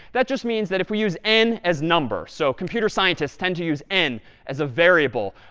that just means that if we use n as number so computer scientists tend to use n as a variable,